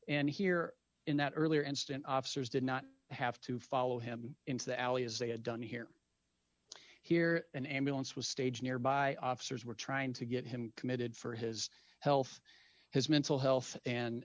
and here in that earlier incident officers did not have to follow him into the alley as they had done here here an ambulance was staged nearby officers were trying to get him committed for his health his mental health and